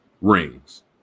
rings